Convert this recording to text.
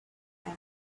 and